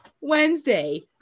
Wednesday